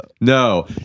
No